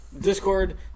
Discord